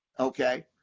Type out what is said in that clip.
ok?